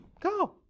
go